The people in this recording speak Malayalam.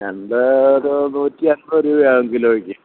ഞണ്ട് ഒരു നൂറ്റിയൻപത് രൂപയാണ് കിലോയ്ക്ക്